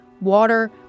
water